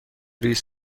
ریز